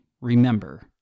remember